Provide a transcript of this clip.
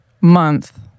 month